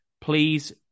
please